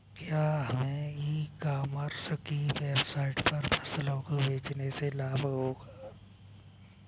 क्या हमें e commerce की वेबसाइट पर फसलों को बेचने से लाभ होगा?